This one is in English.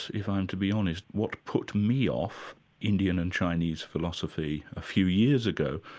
if i'm to be honest, what put me off indian and chinese philosophy a few years ago,